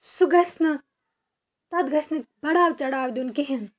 سُہ گژھِ نہٕ تَتھ گژھِ نہٕ بڑاو چڑاو دیُن کِہیٖنۍ